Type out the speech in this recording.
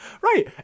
Right